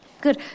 Good